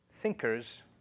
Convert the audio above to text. thinkers